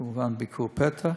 כמובן ביקור פתע.